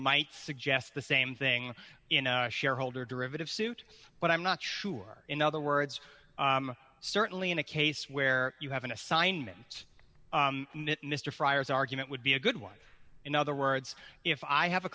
might suggest the same thing in a shareholder derivative suit but i'm not sure in other words certainly in a case where you have an assignment mr fryers argument would be a good one in other words if i have a